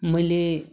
मैले